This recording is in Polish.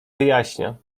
wyjaśnia